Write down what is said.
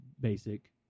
basic